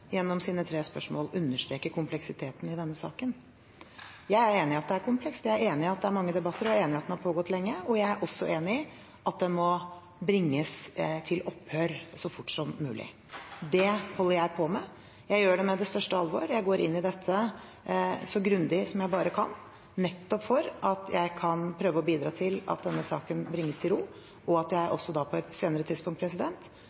gjennom sine tre spørsmål, understreker kompleksiteten i denne saken. Jeg er enig i at det er komplekst, jeg er enig i at det er mange debatter, og jeg er enig i at den har pågått lenge. Jeg er også enig i at den må bringes til opphør så fort som mulig. Det holder jeg på med. Jeg gjør det med det største alvor og går inn i det så grundig som jeg bare kan, nettopp for at jeg kan prøve å bidra til at denne saken bringes til ro, og at jeg